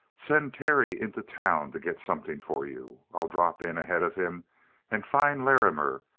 send terry into town to get something for you. i'll drop in ahead of him and find larrimer,